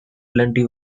plenty